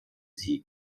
sie